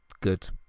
good